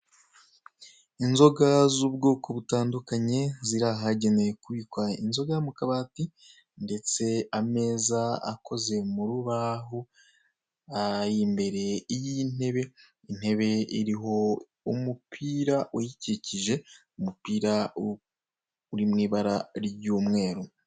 Inzoga z'ubwoko butandukanye ziri ahagenewe ku bikwa inzoga mu kabati ndetse ameza akoze mu rubaho imbere y'intebe, intebe iriho umupira uyikikije umupira uri mu ibara ry'umweru.